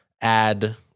add